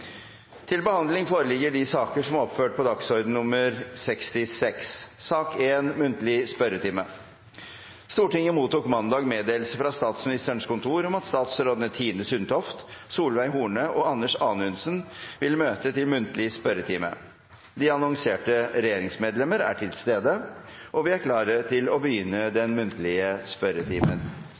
til og med 9. mai. – Denne meddelelse tas til etterretning. Stortinget mottok mandag meddelelse fra Statsministerens kontor om at statsrådene Tine Sundtoft, Solveig Horne og Anders Anundsen vil møte til muntlig spørretime. De annonserte regjeringsmedlemmer er til stede, og vi er klare til å begynne den muntlige spørretimen.